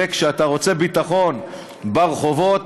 וכשאתה רוצה ביטחון ברחובות,